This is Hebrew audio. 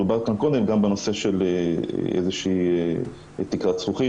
דובר כאן קודם גם בנושא של איזושהי תקרת זכוכית,